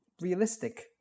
realistic